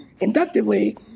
inductively